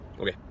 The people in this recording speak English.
okay